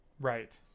Right